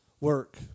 work